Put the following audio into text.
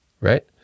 right